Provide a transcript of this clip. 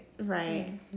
Right